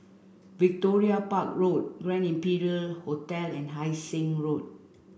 Victoria Park Road Grand Imperial Hotel and Hai Sing Road